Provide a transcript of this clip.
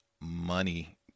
money